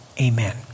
amen